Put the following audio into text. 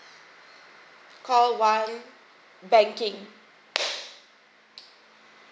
call one banking